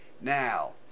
Now